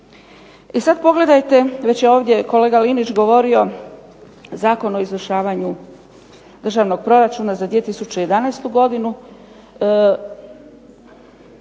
I sad pogledajte, već je ovdje kolega Linić govorio, Zakon o izvršavanju državnog proračuna za 2011. godinu.